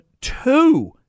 two